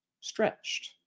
stretched